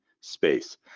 space